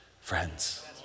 friends